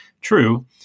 True